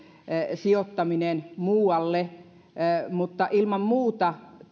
sijoittaminen muualle on tehty hankalaksi mutta ilman muuta